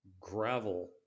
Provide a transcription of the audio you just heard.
gravel